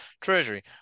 treasury